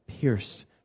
pierced